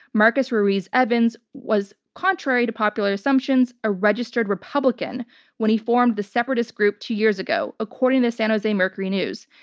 marcus ruiz evans, was, contrary to popular assumptions, a registered republican when he formed the separatist group two years ago, according to the san jose mercury news.